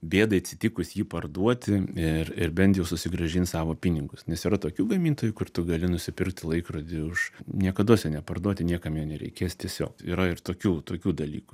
bėdai atsitikus jį parduoti ir ir bent jau susigrąžint savo pinigus nes yra tokių gamintojų kur tu gali nusipirkti laikrodį už niekados jo neparduoti niekam jo nereikės tiesiog yra ir tokių tokių dalykų